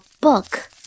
book